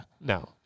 No